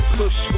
push